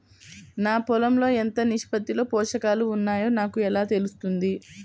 నా పొలం లో ఎంత నిష్పత్తిలో పోషకాలు వున్నాయో నాకు ఎలా తెలుస్తుంది?